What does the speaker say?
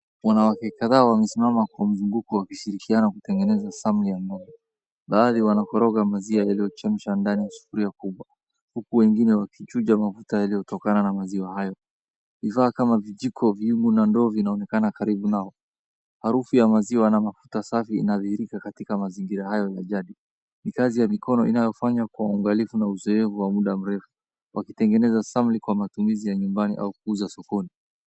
Wanawake kadhaa wamesimama kwa mzunguko wakishirikiana kutengeneza samli ya mboga. Baadhi wanakoroga maziwa yaliyochemsha ndani ya sufuria kubwa. Huku wengine wakichuja mafuta yaliyotokana na maziwa hayo. Vifaa kama vijiko, viibu na ndoo vinaonekana karibu nao. Harufu ya maziwa na mafuta safi inadhihirika katika mazingira hayo ya jadi. Ni kazi ya mikono inayofanywa kwa uangalifu na uzoefu wa muda mrefu. Wakitengeneza samli kwa matumizi ya nyumbani au kuuza sokoni.